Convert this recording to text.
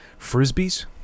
Frisbees